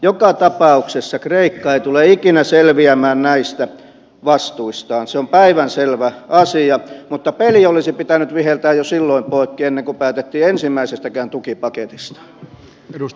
joka tapauksessa kreikka ei tule ikinä selviämään näistä vastuistaan se on päivänselvä asia mutta peli olisi pitänyt viheltää jo silloin poikki ennen kuin päätettiin ensimmäisestäkään tukipaketista